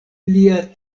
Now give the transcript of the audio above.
lia